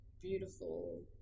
beautiful